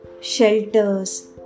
shelters